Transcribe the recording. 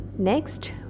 next